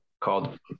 called